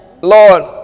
Lord